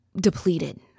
depleted